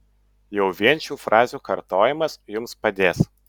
jau vien šių frazių kartojimas jums padės